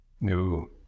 no